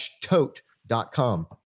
tote.com